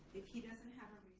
he doesn't have